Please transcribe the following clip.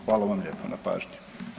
Hvala vam lijepa na pažnji.